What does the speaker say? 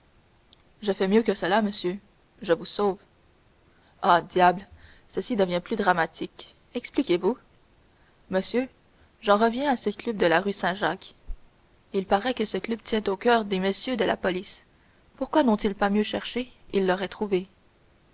je fais mieux que cela monsieur je vous sauve ah diable ceci devient plus dramatique expliquez-vous monsieur j'en reviens à ce club de la rue saint-jacques il paraît que ce club tient au coeur de messieurs de la police pourquoi n'ont-ils pas mieux cherché ils l'auraient trouvé